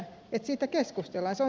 se on tärkeä asia